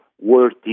worthy